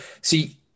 see